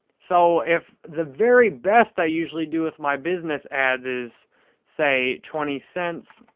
so, if the very best i usually do with my business ads is say, twenty cents,